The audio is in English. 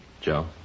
Joe